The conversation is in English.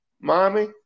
Mommy